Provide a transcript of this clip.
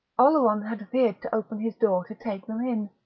oleron had feared to open his door to take them in.